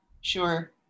sure